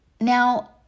Now